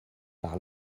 par